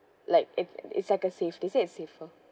like it it's like a safety they said it's safer